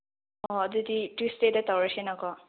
ꯍꯣꯏ ꯑꯗꯨꯗꯤ ꯇ꯭ꯌꯨꯁꯗꯦꯗ ꯇꯧꯔꯁꯤꯅꯀꯣ